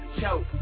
choke